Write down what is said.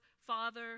father